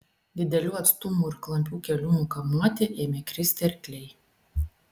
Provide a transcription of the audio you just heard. didelių atstumų ir klampių kelių nukamuoti ėmė kristi arkliai